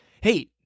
hey